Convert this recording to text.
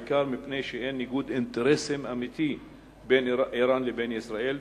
בעיקר מפני שאין ניגוד אינטרסים אמיתי בין אירן לבין ישראל,